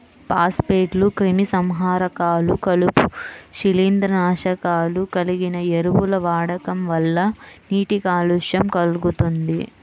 ఫాస్ఫేట్లు, క్రిమిసంహారకాలు, కలుపు, శిలీంద్రనాశకాలు కలిగిన ఎరువుల వాడకం వల్ల నీటి కాలుష్యం కల్గుతుంది